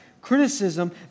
criticism